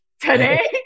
today